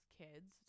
kids